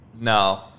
No